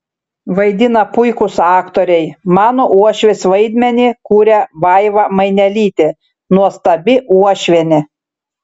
vaidina puikūs aktoriai mano uošvės vaidmenį kuria vaiva mainelytė nuostabi uošvienė